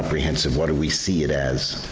comprehensive, what do we see it as?